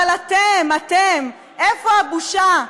אבל אתם, אתם, איפה הבושה?